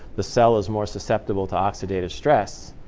the cell is more susceptible to oxidative stress.